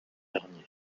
dernier